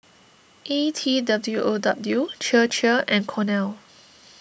E T W O W Chir Chir and Cornell